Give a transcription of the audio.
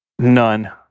None